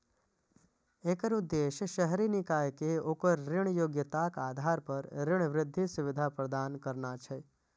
एकर उद्देश्य शहरी निकाय कें ओकर ऋण योग्यताक आधार पर ऋण वृद्धि सुविधा प्रदान करना छै